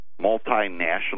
Multinational